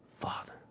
Father